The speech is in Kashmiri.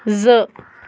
زٕ